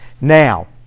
Now